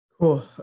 Cool